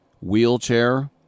wheelchair